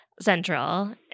Central